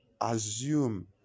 assume